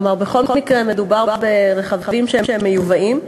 כלומר, בכל מקרה מדובר ברכבים מיובאים.